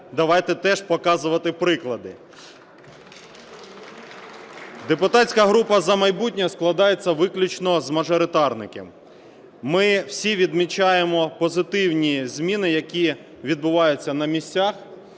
давайте теж показувати приклади. Депутатська група "За майбутнє" складається виключно з мажоритарників, ми всі відмічаємо позитивні зміни, які відбуваються на місцях